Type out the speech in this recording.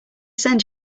send